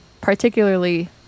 Particularly